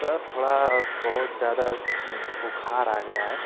sir थोड़ा बहुत ज़्यादा बुखार आ गया है